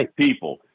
people